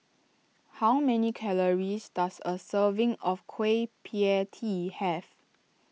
how many calories does a serving of Kueh Pie Tee have